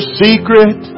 secret